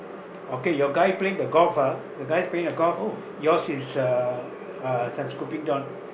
okay your guy playing the golf ah the guys playing the golf yours is uh uh this one scooping down